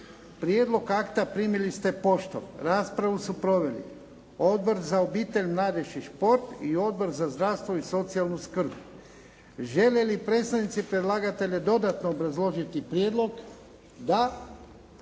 Prijedlog akta primili ste poštom. Raspravu su proveli: Odbor za obitelj, mladež i šport i Odbor za zdravstvo i socijalnu skrb. Žele li predstavnici predlagatelja dodatno obrazložiti prijedlog? Da.